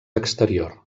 exterior